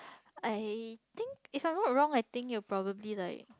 I think if I'm not wrong I think you probably like